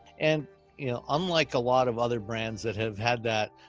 and you know unlike a lot of other brands that have had that,